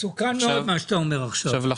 מסוכן מאוד מה שאתה אומר עכשיו, בגלל